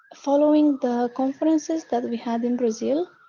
following the conferences that we had in brazil,